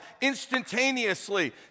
instantaneously